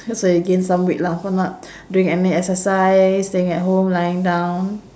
that's where you gain some weight lah for not doing any exercise staying at home lying down